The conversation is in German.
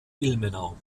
ilmenau